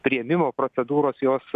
priėmimo procedūros jos